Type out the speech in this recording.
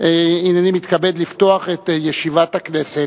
הנני מתכבד לפתוח את ישיבת הכנסת.